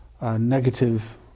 negative